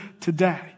today